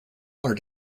are